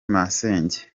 masenge